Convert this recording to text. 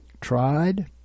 tried